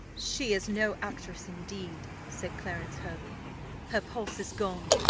she is no actress, indeed, said clarence hervey her pulse is gone!